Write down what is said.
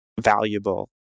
valuable